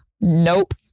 Nope